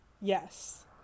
yes